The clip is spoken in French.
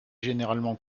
généralement